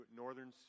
northern